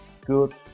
good